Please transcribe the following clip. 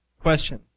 Question